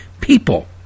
people